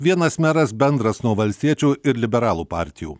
vienas meras bendras nuo valstiečių ir liberalų partijų